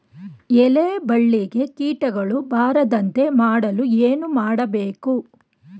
ಎಲೆ ಬಳ್ಳಿಗೆ ಕೀಟಗಳು ಬರದಂತೆ ಮಾಡಲು ಏನು ಮಾಡಬೇಕು?